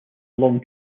long